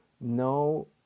No